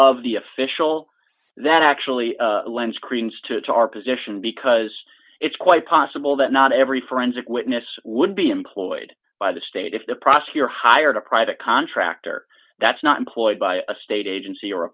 of the official that actually lends credence to our position because it's quite possible that not every forensic witness would be employed by the state if the prosecutor hired a private contractor that's not employed by a state agency or a